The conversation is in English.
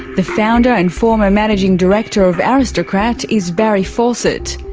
the founder and former managing director of aristocrat is barry fawcett.